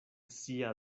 sia